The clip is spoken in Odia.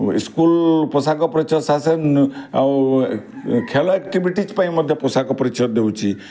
ସ୍କୁଲ୍ ପୋଷାକ ପରିଚ୍ଛଦ ସାଥ ସାଥ ଆଉ ଖେଳ ଆକ୍ଟିଭିଟିଜ୍ ପାଇଁ ମଧ୍ୟ ପୋଷାକ ପରିଚ୍ଛଦ ଦେଉଛି